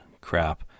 crap